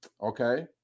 Okay